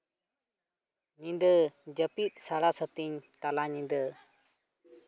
ᱧᱤᱫᱟᱹ ᱡᱟᱹᱯᱤᱫ ᱥᱟᱲᱟ ᱥᱟᱹᱛᱤᱧ ᱛᱟᱞᱟᱧᱤᱫᱟᱹ